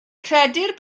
credir